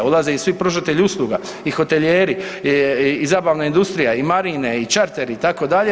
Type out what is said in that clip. Ulaze i svi pružatelji usluga i hotelijeri, i zabavna industrija, i marine, i čarteri itd.